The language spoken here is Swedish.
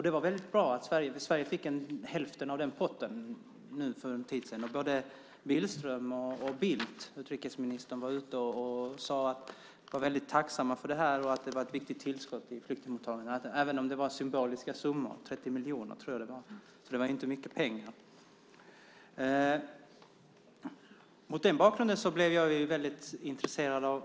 Det var väldigt bra att Sverige fick hälften av den potten för en tid sedan. Både Billström och Bildt, utrikesministern, var väldigt tacksamma för detta och sade att det var ett viktigt tillskott i flyktingmottagandet även om det var symboliska summor. Jag tror att det var 30 miljoner, så det var inte mycket pengar. Mot den bakgrunden blev jag väldigt intresserad.